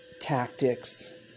tactics